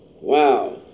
Wow